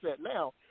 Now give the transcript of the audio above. now